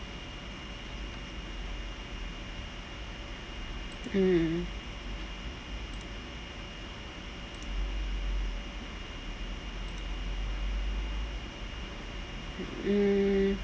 mm mm